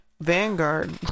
vanguard